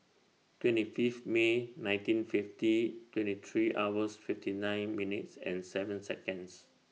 twenty Fifth May nineteen fifty twenty three hours fifty nine minutes and seven Seconds